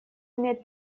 имеет